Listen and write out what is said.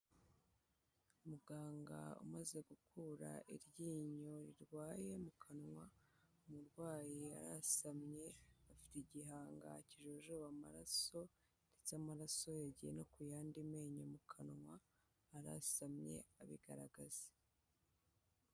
Umuganga umaze gukura iryinyo rirwaye mu kanwa, umurwayi arasamye afite igihanga kijojoba amaraso ndetse amaraso yagiye no ku yandi menyo mu kanwa, arasamye abigaragaza.